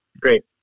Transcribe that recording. great